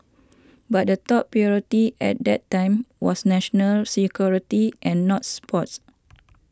but the top priority at that time was national security and not sports